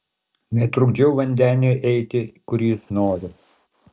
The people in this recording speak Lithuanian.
netrukdžiau vandeniui eiti kur jis nori